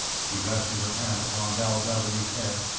she rested her hand upon val beverley's head,